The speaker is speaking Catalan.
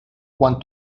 quan